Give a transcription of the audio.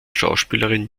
schauspielerin